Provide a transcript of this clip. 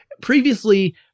previously